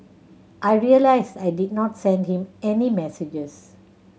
I realised I did not send him any messages